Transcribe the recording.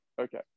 Okay